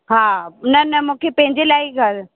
हा न न मूंखे पंहिंजे लाइ ई घरु